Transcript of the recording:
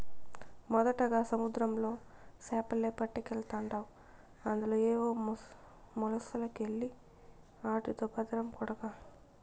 మొదటగా సముద్రంలో సేపలే పట్టకెల్తాండావు అందులో ఏవో మొలసకెల్ని ఆటితో బద్రం కొడకా